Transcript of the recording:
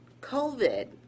COVID